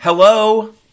Hello